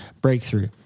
breakthrough